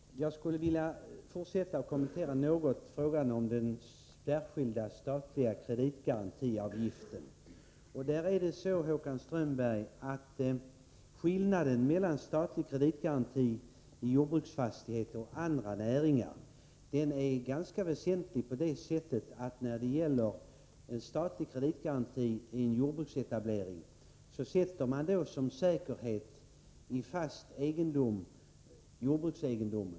Herr talman! Jag skulle vilja fortsätta att något kommentera frågan om den särskilda statliga kreditgarantiavgiften. Det är så, Håkan Strömberg, att skillnaden mellan statlig kreditgaranti i jordbruket och i andra näringar är ganska väsentlig. När det gäller statlig kreditgaranti i en jordbruksetablering sätter man som säkerhet en fast jordbruksegendom.